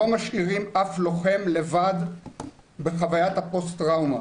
לא משאירים אף לוחם לבד בחוויית הפוסט טראומה,